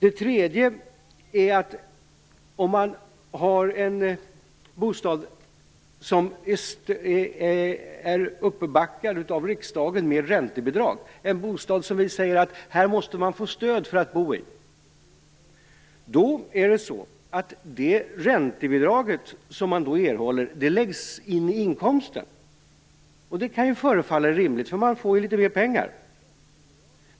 Det tredje är att om man har en bostad som är uppbackad av riksdagen med räntebidrag - en bostad som vi säger att man måste få stöd för att bo i - så räknas det räntebidrag som man erhåller in i inkomsten. Det kan ju förefalla rimligt, för man får ju litet mer pengar.